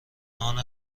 نان